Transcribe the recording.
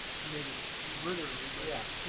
maybe literally, but yeah,